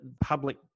public